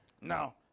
Now